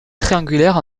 triangulaire